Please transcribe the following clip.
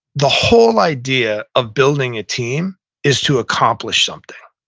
the whole idea of building a team is to accomplish something.